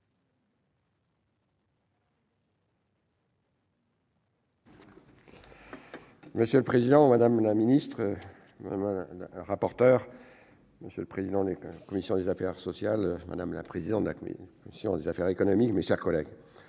Monsieur le président, madame la ministre, madame le rapporteur, monsieur le vice-président de la commission des affaires sociales, madame la présidente de la commission des affaires économiques, mes chers collègues,